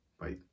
Bye